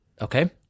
Okay